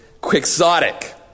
quixotic